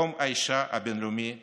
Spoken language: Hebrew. יום האישה הבין-לאומי שמח.